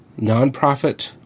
nonprofit